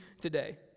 today